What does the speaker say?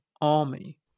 army